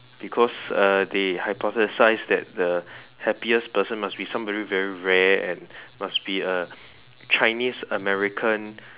because uh they hypothesized that the happiest person must be somebody very rare and must be a Chinese american